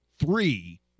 three